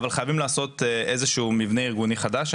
אבל חייבים לעשות מבנה ארגוני חדש.